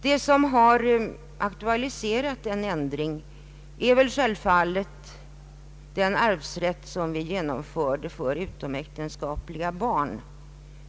Det som har aktualiserat en ändring är självfallet den arvsrätt som i fjol genomfördes för utomäktenskapliga barn.